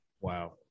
Wow